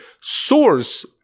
source